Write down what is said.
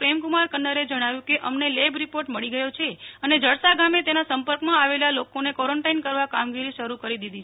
પ્રેમ કન્નરે જણાવ્યું કે અમને લેબ રિપોર્ટ મળી ગયો છે અને જડસા ગામે તેના સંપર્કમાં આવેલા લોકોને ક્વોરન્ટાઈન કરવા કામગીરી શરૂ કરી દીધી છે